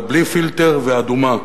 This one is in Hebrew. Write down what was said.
אבל בלי פילטר וארומה,